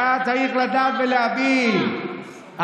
חבל, אולי כדאי, אתה צריך לדעת ולהבין: